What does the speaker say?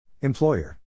employer